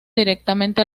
directamente